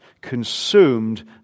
consumed